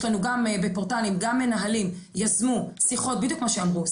יש לנו בפורטלים גם מנהלים שיזמו שיחות בדיוק כמו שאמרו,